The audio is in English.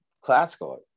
classical